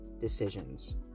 decisions